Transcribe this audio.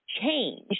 change